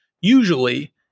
usually